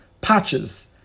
patches